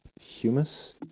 Humus